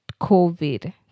COVID